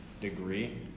degree